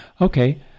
Okay